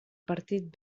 partit